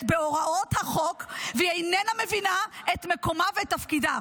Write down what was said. בהוראות החוק והיא איננה מבינה את מקומה ואת תפקידה.